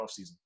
offseason